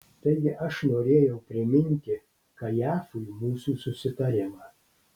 taigi aš norėjau priminti kajafui mūsų susitarimą